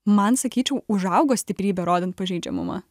man sakyčiau užaugo stiprybė rodant pažeidžiamumą